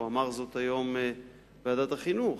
הוא אמר זאת היום בוועדת החינוך,